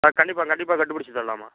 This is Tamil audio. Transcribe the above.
ஆ கண்டிப்பாக கண்டிப்பாக கண்டுபிடிச்சி தரலாம்மா